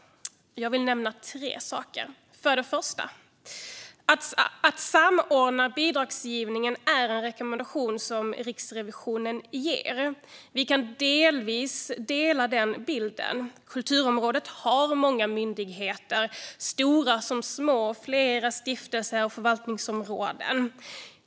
Jag vill nämna tre saker. För det första ger Riksrevisionen en rekommendation om att samordna bidragsgivningen. Vi kan delvis dela den bilden. Kulturområdet har många myndigheter, stora som små, och flera stiftelser och förvaltningsområden.